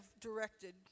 directed